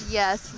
yes